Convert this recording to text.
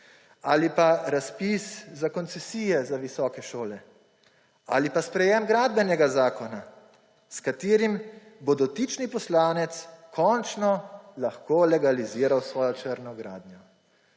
Ali pa razpis za koncesije za visoke šole ali pa sprejem gradbenega zakona, s katerim bo dotični poslanec končno lahko legaliziral svojo črno gradnjo.